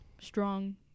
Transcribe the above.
Strong